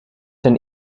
zijn